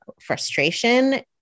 frustration